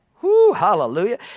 hallelujah